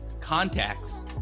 CONTACTS